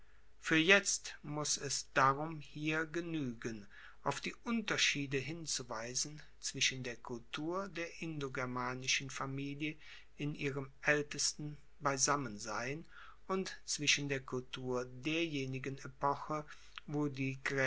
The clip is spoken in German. fuer jetzt muss es darum hier genuegen auf die unterschiede hinzuweisen zwischen der kultur der indogermanischen familie in ihrem aeltesten beisammensein und zwischen der kultur derjenigen epoche wo die